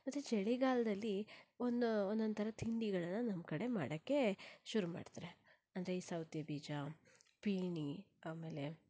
ಮತ್ತೆ ಚಳಿಗಾಲದಲ್ಲಿ ಒಂದು ಒಂದೊಂದು ಥರ ತಿಂಡಿಗಳನ್ನು ನಮ್ಮ ಕಡೆ ಮಾಡಕ್ಕೆ ಶುರು ಮಾಡ್ತಾರೆ ಅಂದರೆ ಈ ಸೌತೆ ಬೀಜ ಫೇಣಿ ಆಮೇಲೆ